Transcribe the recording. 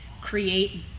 create